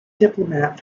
diplomat